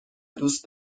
دوست